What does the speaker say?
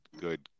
good